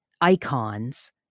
icons